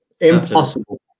Impossible